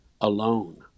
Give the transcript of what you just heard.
alone